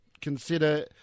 consider